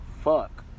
fuck